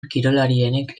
kirolarienek